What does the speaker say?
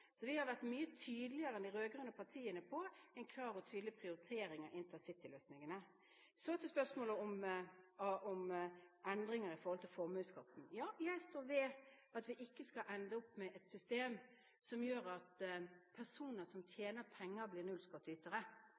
Så til spørsmålet om endringer i formuesskatten: Ja, jeg står ved at vi ikke skal ende opp med et system som gjør at personer som tjener penger, blir